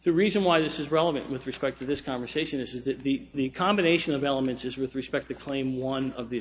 the reason why this is relevant with respect to this conversation is that the combination of elements is with respect to claim one of the